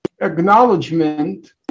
acknowledgement